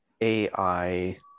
AI